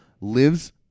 lives